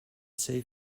save